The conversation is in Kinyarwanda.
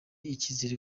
icyizere